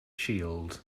shield